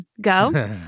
go